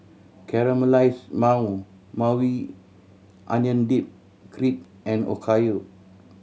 Caramelized Maui Onion Dip Crepe and Okayu